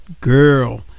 girl